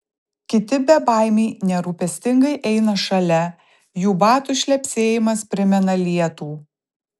kiti bebaimiai nerūpestingai eina šalia jų batų šlepsėjimas primena lietų